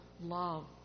love